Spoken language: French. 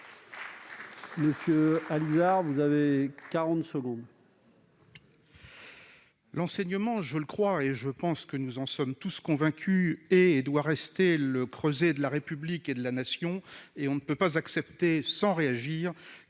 Pascal Allizard, pour la réplique. L'enseignement- je le crois, et je pense que nous en sommes tous convaincus -est, et doit rester, le creuset de la République et de la Nation. On ne peut pas accepter sans réagir